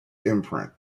imprint